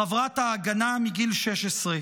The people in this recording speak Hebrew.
חברת ההגנה מגיל 16,